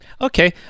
Okay